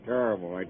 Terrible